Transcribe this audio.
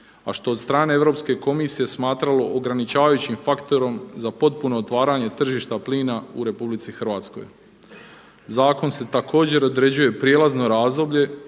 a što se od strane Europske komisije smatralo ograničavajućim faktorom za potpuno otvaranje tržišta plina u RH. Zakonom se također određuje prijelazno razdoblje